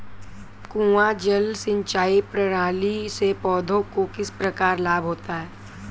कुआँ जल सिंचाई प्रणाली से पौधों को किस प्रकार लाभ होता है?